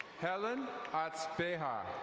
helen asbeha.